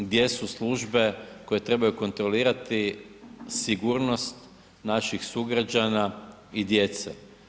Gdje su službe koje trebaju kontrolirati sigurnost naših sugrađana i djece?